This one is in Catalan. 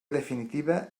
definitiva